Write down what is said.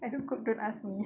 I don't cook don't ask me